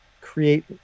create